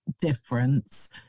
difference